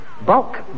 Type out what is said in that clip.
Bulk